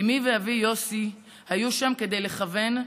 אימי ואבי יוסי היו שם כדי לכוון,